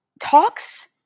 talks